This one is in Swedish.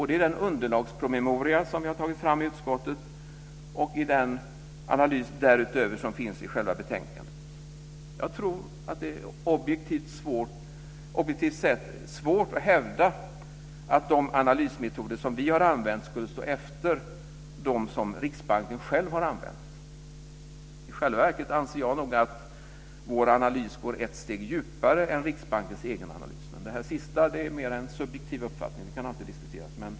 Det är den underlagspromemoria som vi har tagit fram i utskottet och den analys därutöver som finns i själva betänkandet. Jag tror att det objektivt sett är svårt att hävda att de analysmetoder som vi har använt skulle stå efter dem som Riksbanken själv har använt. I själva verket anser jag att vår analys går ett steg djupare än Riksbankens egen analys. Det sista är mera en subjektiv uppfattning, det kan alltid diskuteras.